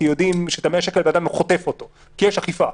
כי יודעים שאת הקנס של 100 שקל אדם חוטף כי יש אכיפה.